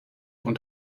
und